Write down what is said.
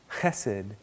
Chesed